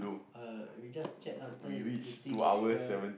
uh we just chat until the thing is